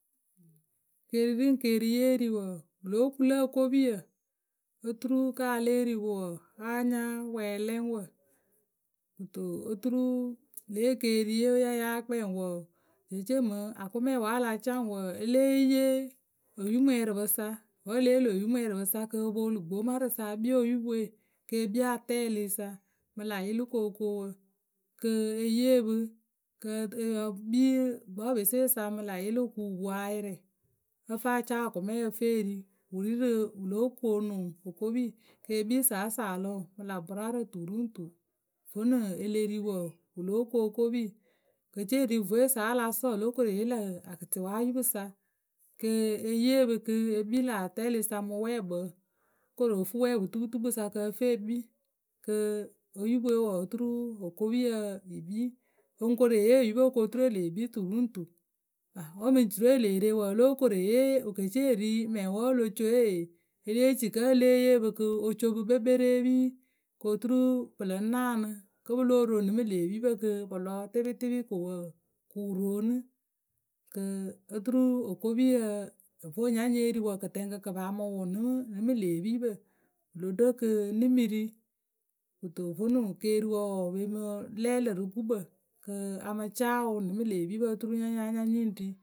Keeri ri ŋ keeri ye ri wǝǝ, wǝ lóo ku lǝ okopiyǝ oturu kǝ́ a lée ri wǝ wǝǝ, a nya wɛɛlɩŋ wǝ. Kɨto oturu lě ekeeriye ya ya kpɛŋ wǝǝ, jeece mɨŋ akʊme wǝ́ a la caa ŋwǝ wǝǝ, e lée yee oyumwɛɛrɩpǝ sa. Wǝ́ e le yee lô oyumwɛɛrɩpǝ sa kɨ o pwolu gbomarɨ sa e kpii oyupǝ we ke kpii atɛɛlɩ sa mɨ lä yɩlɩkookoowǝ. kɨ e yee pǝ kɨ ǝ tɨ e kpii gbɔpeseyǝ sa mɨ lâ yɩlɩwǝ kɨ wǝ poŋ ayɩrɩ,ǝ fǝ a caa akʊme ǝ fǝ e ri. Wǝ ri rǝ ǝ lóo koonu okopi, ke kpii saasaalʊ mɨ lâ bʊraarǝ tu ri ŋ tu Ʋonuŋ e le ri wǝǝ, wǝ lóo ku okopi, wǝ ke ce wǝ ri vweyǝ sa wǝ́ a la sɔɔ o lóo koru e yee lä kɩtiwayupq sa kɨ e yee pǝ kɨ ekpii lâ atɛɛlɩyǝ sa mɨ wǝpwɛɛkpǝ. Oló koru o fuu wǝpwɛɛputuputukpǝ sa kɨ ǝ fɨ e kpii. Kɨ oyupǝ we wǝǝ oturu okopiyǝ yǝ kpii. o ko ŋ ru e yee oyupǝ kɨ oturu e lee kpii tu ri ŋ tu wǝ́ mɨŋ jirǝwe e lee re wǝǝ, wǝ ke ce wǝ ri mɛŋwǝ wǝ́ o lo coe, e le ci kǝ́ e lée yee pǝ kɨ o co pǝ kpekpereepi koturu pǝ lɨŋ naanɨ kɨ pɨ lóo ro nɨ mǝ lë epipǝ kɨ pɨ lɔ tɩpɩtɩpɩ ko wǝǝ, kɨ pɨ roonɨ Kǝ oturu okopiyǝ ǝ vo nya nye ri kɨtɛŋkǝ kɨ paa mɨ wʊ nɨ ŋnɨ mɨ lë epipǝ. Wǝ lo ɖo kɨ nɨ mɨ ri. Kɨto vonuŋ keeriwǝ wǝǝ wǝ pǝǝ mǝ lɛ lǝ̈ rǝ gukpǝ kɨ a mɨ caa wǝ ŋnɨ mɨ lê epipǝ oturu nya nyáa nya nyǝ ŋ ri.